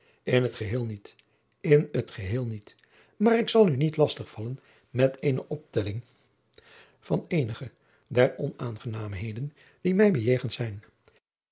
n het geheel niet n het geheel niet aar ik zal u niet lastig vallen met eene optelling van eenige der onaangenaamheden die mij bejegend zijn